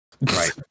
Right